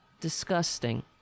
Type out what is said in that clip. Disgusting